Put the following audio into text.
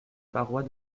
parois